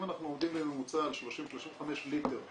אם אנחנו עומדים בממוצע על 30-35 ליטר בשנה,